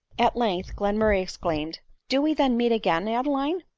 at length glen murray exclaimed do we then meet again, adeline!